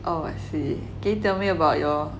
oh I see okay tell me about your